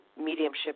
mediumship